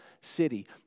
city